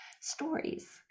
stories